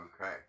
Okay